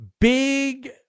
big